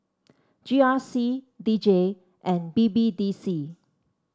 G R C D J and B B D C